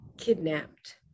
kidnapped